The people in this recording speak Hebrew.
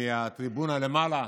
בטריבונה למעלה,